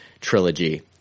trilogy